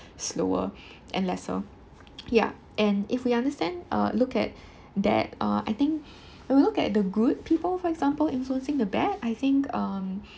slower and lesser ya and if we understand uh look at that uh I think when we look at the good people for example influencing the bad I think um